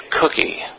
cookie